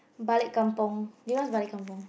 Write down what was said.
balik kampung do you know what's balik kampung